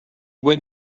went